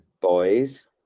boys